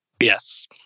Yes